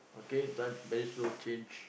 okay time very soon change